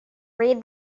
read